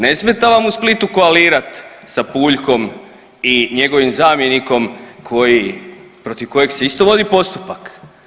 Ne smeta vam u Splitu koalirati sa Puljkom i njegovim zamjenikom koji, protiv kojeg se isto vodi postupak?